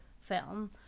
film